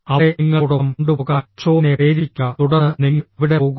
അവളെ നിങ്ങളോടൊപ്പം കൊണ്ടുപോകാൻ കിഷോറിനെ പ്രേരിപ്പിക്കുക തുടർന്ന് നിങ്ങൾ അവിടെ പോകുക